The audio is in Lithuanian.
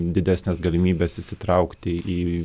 didesnės galimybes įsitraukti į